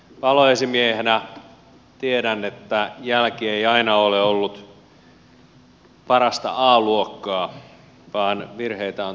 paloesimiehenä tiedän että jälki ei aina ole ollut parasta a luokkaa vaan virheitä on tullut tehtyä